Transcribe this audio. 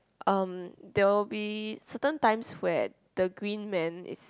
um there will be certain times where the green man is